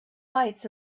lights